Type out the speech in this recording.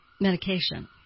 medication